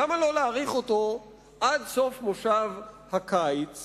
למה לא להאריך אותו עד סוף כנס הקיץ